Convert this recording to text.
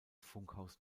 funkhaus